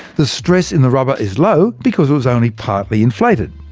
the stress in the rubber is low, because it was only partly inflated.